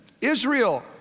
Israel